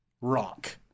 Rock